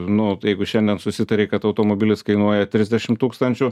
nu jeigu šiandien susitarei kad automobilis kainuoja trisdešim tūkstančių